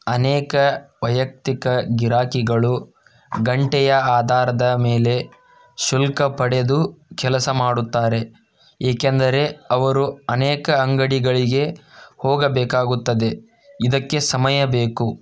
ಅನೇಕ ವೈಯಕ್ತಿಕ ಗಿರಾಕಿಗಳು ಗಂಟೆಯ ಆಧಾರದ ಮೇಲೆ ಶುಲ್ಕ ಪಡೆದು ಕೆಲಸ ಮಾಡುತ್ತಾರೆ ಏಕೆಂದರೆ ಅವರು ಅನೇಕ ಅಂಗಡಿಗಳಿಗೆ ಹೋಗಬೇಕಾಗುತ್ತದೆ ಇದಕ್ಕೆ ಸಮಯ ಬೇಕು